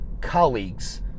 colleagues